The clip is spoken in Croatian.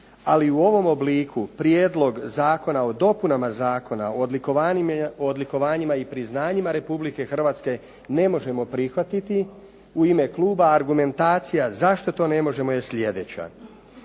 Ali u ovom obliku Prijedlog zakona o dopunama Zakona o odlikovanjima i priznanjima Republike Hrvatske ne možemo prihvatiti u ime kluba. Argumentacija zašto to ne možemo je sljedeća.